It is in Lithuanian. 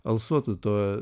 alsuotų tuo